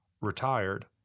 retired